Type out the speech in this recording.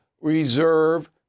reserve